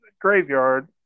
graveyard